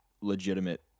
legitimate